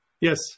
Yes